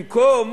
במקום